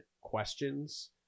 questions